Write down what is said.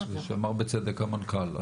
כפי שאמר בצדק המנכ"ל.